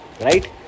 right